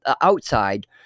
outside